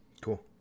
cool